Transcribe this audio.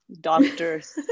doctors